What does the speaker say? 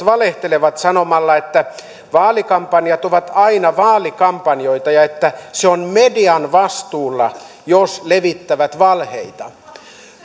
valehtelua sanomalla että vaalikampanjat ovat aina vaalikampanjoita ja että se on median vastuulla jos levittävät valheita